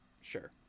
Sure